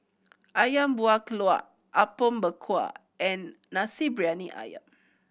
Ayam Buah Keluak Apom Berkuah and Nasi Briyani Ayam